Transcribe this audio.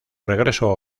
regreso